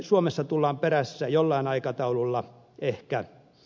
suomessa tullaan perässä jollain aikataululla ehkä